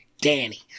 Danny